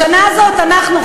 בשנה הזאת אנחנו,